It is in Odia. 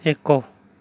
ଏକ